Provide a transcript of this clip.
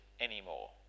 anymore